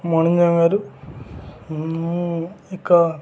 ମଣିଜଙ୍ଗାରୁ ଏକ